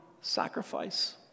sacrifice